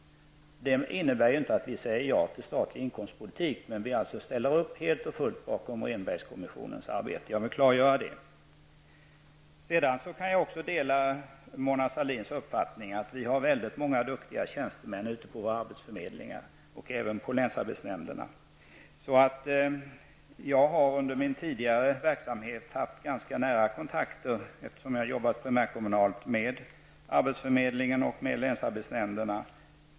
Det innebär inte att vi säger ja till statlig inkomstpolitik, men vi ställer oss alltså helt och fullt bakom Rehnbergkommissionens arbete. Det vill jag klargöra. Jag kan dela Mona Sahlins uppfattning att vi har väldigt många duktiga tjänstemän på våra arbetsförmedlingar och även på länsarbetsnämnderna. Jag har under min tidigare verksamhet -- jag har arbetat primärkommunalt -- haft ganska nära kontakter med arbetsförmedlingar och länsarbetsnämnderna.